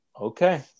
Okay